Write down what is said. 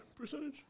percentage